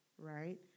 Right